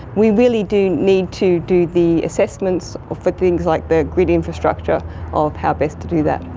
we really do need to do the assessments for things like the grid infrastructure of how best to do that.